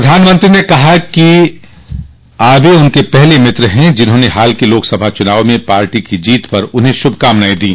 प्रधानमंत्री ने कहा कि आबे उनके पहले मित्र हैं जिन्होंने हाल के लोकसभा चुनाव में पार्टी की जीत पर उन्हें शुभकामनाएं दी